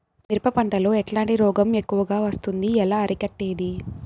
మిరప పంట లో ఎట్లాంటి రోగం ఎక్కువగా వస్తుంది? ఎలా అరికట్టేది?